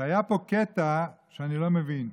והיה בו קטע שאני לא מבין.